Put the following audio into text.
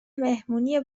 مهمونی